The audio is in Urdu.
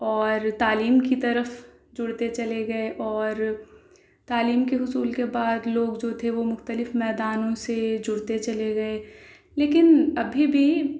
اور تعلیم کی طرف جڑتے چلے گئے اور تعلیم کے حصول کے بعد لوگ جو تھے مختلف میدانوں سے جڑتے چلے گئے لیکن ابھی بھی